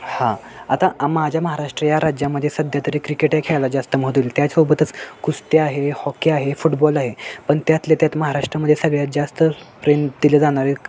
हा आता माझ्या महाराष्ट्र या राज्यामध्ये सध्या तरी क्रिकेट या खेळाला जास्त महत्त्व देतात त्याच्यासोबतच कुस्ती आहे हॉकी आहे फुटबॉल आहे पण त्यातल्यात्यात महाराष्ट्रामध्ये सगळ्यात जास्त प्रेम दिले जाणारे